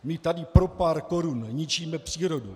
My tady pro pár korun ničíme přírodu.